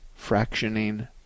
fractioning